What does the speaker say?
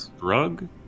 drug